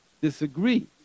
disagree